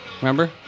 Remember